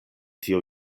tio